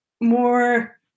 more